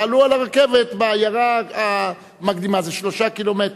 תעלו על הרכבת בעיירה המקדימה, זה 3 קילומטר.